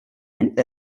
and